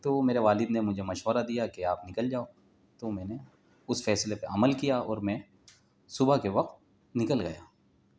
تو میرے والد نے مجھے مشورہ دیا کہ آپ نکل جاؤ تو میں نے اس فیصلے پہ عمل کیا اور میں صبح کے وقت نکل گیا